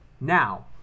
Now